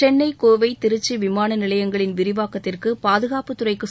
சென்னை கோவை திருச்சி விமான நிலையங்களின் விரிவாக்கத்திற்கு பாதுகாப்புத்துறைக்குச்